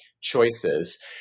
choices